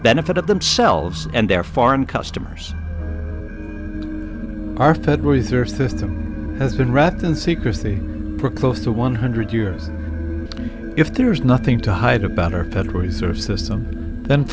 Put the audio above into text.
benefit of themselves and their foreign customers our federal reserve system has been wrapped in secrecy for close to one hundred years if there is nothing to hide about our federal reserve system th